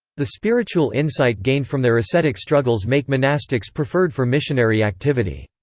the spiritual insight gained from their ascetic struggles make monastics preferred for missionary activity.